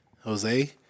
Jose